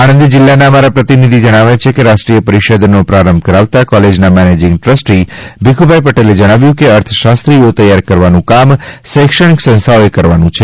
આણંદ જિલ્લા ના અમારા પ્રતિનિધિ જણાવે છે કે રાષ્ટ્રિય પરિષદનો પ્રારંભ કરાવતા કોલેજ ના મેનેજિંગ ટ્રસ્ટી ભીખુભાઇ પટેલે જણાવ્યું કે અર્થશાસ્ત્રીઓ તૈયાર કરવાનું કામ શૈક્ષણિક સંસ્થાએ કરવાનું છે